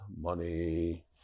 money